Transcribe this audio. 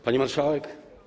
Pani Marszałek!